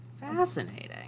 Fascinating